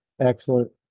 excellent